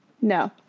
no